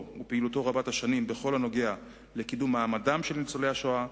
ופעילותו רבת השנים בכל הנוגע לקידום מעמדם של ניצולי השואה,